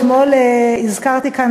אתמול הזכרתי כאן,